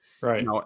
Right